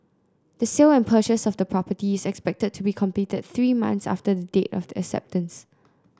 the sale and purchase of the property is expected to be completed three months after the date of the acceptance